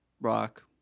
rock